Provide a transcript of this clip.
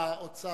האוצר,